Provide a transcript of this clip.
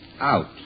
Out